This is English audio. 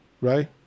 right